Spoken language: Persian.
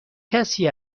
کسی